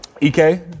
EK